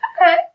Okay